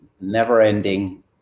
never-ending